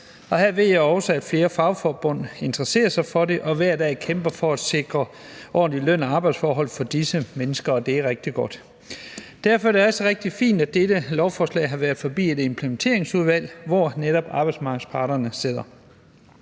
her ved jeg også, at flere fagforbund interesserer sig for det og hver dag kæmper for at sikre ordentlig løn og ordentlige arbejdsforhold for disse mennesker, og det er rigtig godt. Derfor er det også rigtig fint, at dette lovforslag har været forbi et implementeringsudvalg, hvor netop arbejdsmarkedets parter sidder.